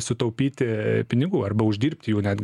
sutaupyti pinigų arba uždirbti jų net